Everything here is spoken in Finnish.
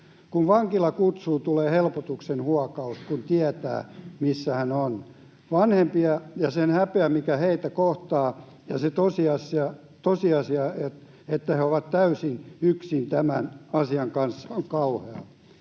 Kun vankila kutsuu, tulee helpotuksen huokaus, kun tietää, missä hän on. Se häpeä, mikä vanhempia kohtaa, ja se tosiasia, että he ovat täysin yksin tämän asian kanssa, on kauhea,